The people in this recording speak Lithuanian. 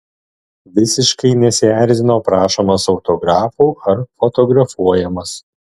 visiškai nesierzino prašomas autografų ar fotografuojamas